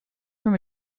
from